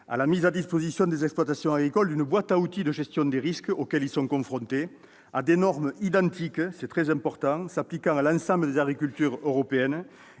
à la mise à disposition des exploitants agricoles d'une boîte à outils de gestion des risques auxquels ils sont confrontés, à des normes identiques- c'est très important -s'appliquant à l'ensemble des agricultures européennes,